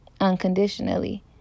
unconditionally